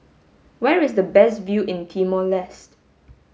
where is the best view in Timor Leste